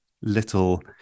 little